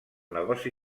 negoci